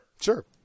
Sure